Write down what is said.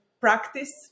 practice